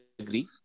agree